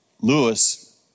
Lewis